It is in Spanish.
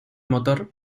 motor